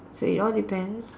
so it all depends